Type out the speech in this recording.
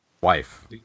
Wife